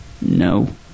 no